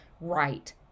right